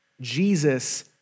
Jesus